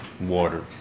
water